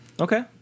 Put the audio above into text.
Okay